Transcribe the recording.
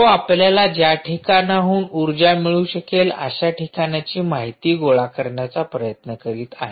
तो आपल्याला ज्या ठिकाणाहून उर्जा मिळू शकेल अशा ठिकाणांची माहिती गोळा करण्याचा प्रयत्न करीत आहे